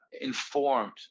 informed